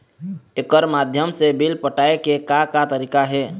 एकर माध्यम से बिल पटाए के का का तरीका हे?